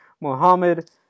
Mohammed